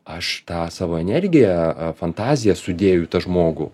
aš tą savo energiją fantaziją sudėjau į tą žmogų